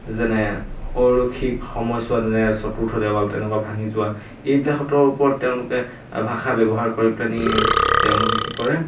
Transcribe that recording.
যেনে সময়ছোৱা যেনে চতুৰ্থ দেৱাল তেনেকুৱা ভাঙি যোৱা এইবিলাকতৰ ওপৰত তেওঁলোকে ভাষা ব্যৱহাৰ কৰি পেলাই নি তেওঁলোকে কি কৰে